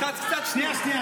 קצת, קצת צניעות.